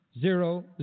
zero